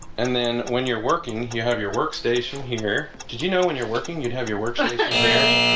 and then when you're working you have your workstation here. did you know when you're working you'd have your work very?